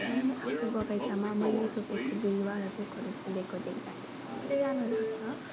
मलाई आफ्नो बगैँचामा मैले रोपेको विरुवाहरू रुखहरू फुलेको देख्दा एकदम राम्रो लाग्छ